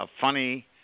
funny